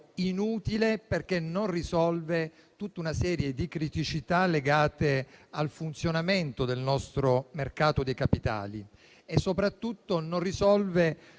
inutile, in quanto non risolve tutta una serie di criticità legate al funzionamento del nostro mercato dei capitali e, soprattutto, non risolve